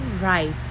right